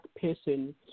person